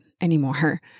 anymore